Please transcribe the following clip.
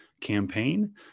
campaign